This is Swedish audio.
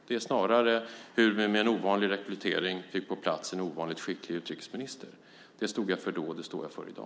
Det är snarare hur vi med en ovanlig rekrytering fick på plats en ovanligt skicklig utrikesminister. Det stod jag för då, och det står jag för i dag.